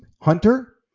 Hunter